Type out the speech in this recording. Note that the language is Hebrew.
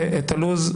אתן את הלו"ז,